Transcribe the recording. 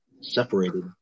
separated